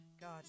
God